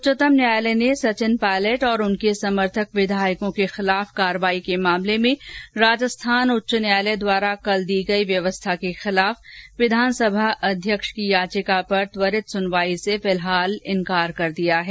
उच्चतम न्यायालय ने सचिन पायलट और उनके समर्थक विधायकों के खिलाफ कार्रवाई के मामले में राजस्थान उच्च न्यायालय द्वारा कल दी गई व्यवस्था के खिलाफ विधानसभा अध्यक्ष की याचिका पर त्वरित सुनवाई से फिलहाल इनकार कर दिया है